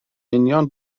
union